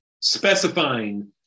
specifying